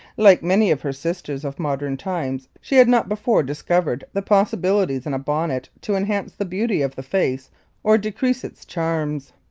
like many of her sisters of modern times, she had not before discovered the possibilities in a bonnet to enhance the beauty of the face or decrease its charms.